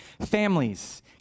Families